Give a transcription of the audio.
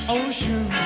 ocean